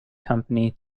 company